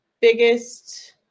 biggest